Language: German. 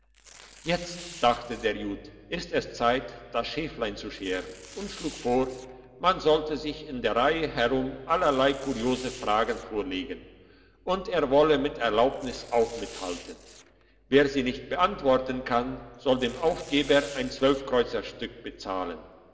jetzt dachte der jude ist es zeit das schäflein zu scheren und schlug vor man sollte sich in der reihe herum allerlei kuriose fragen vorlegen und er wolle mit erlaubnis auch mithalten wer sie nicht beantworten kann soll dem aufgeber ein zwölfkreuzerstück bezahlen